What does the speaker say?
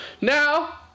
now